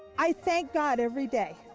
i thank god every day.